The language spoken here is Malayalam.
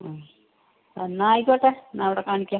ആ എന്നാൽ ആയിക്കോട്ടെ എന്നാൽ അവിടെ കാണിക്കാം